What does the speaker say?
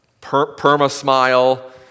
perma-smile